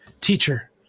teacher